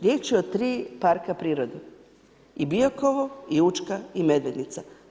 Riječ je o tri parka prirode i Biokovo i Učka i Medvednica.